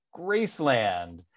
graceland